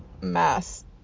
mass